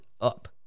up